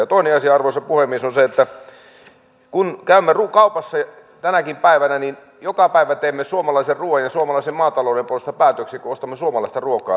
ja toinen asia arvoisa puhemies on se että kun käymme kaupassa tänäkin päivänä niin joka päivä teemme suomalaisen ruuan ja suomalaisen maatalouden puolesta päätöksiä kun ostamme suomalaista ruokaa terveellistä ruokaa